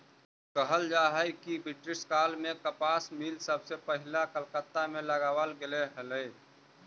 कहल जा हई कि ब्रिटिश काल में कपास मिल सबसे पहिला कलकत्ता में लगावल गेले हलई